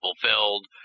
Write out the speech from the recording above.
fulfilled